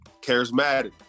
Charismatic